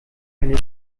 eine